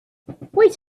wait